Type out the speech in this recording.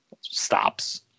stops